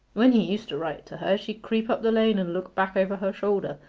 when he used to write to her she'd creep up the lane and look back over her shoulder,